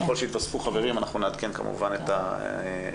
ככל שיתווספו חברים, אנחנו כמובן נעדכן את הוועדה.